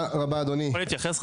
אני יכול להתייחס?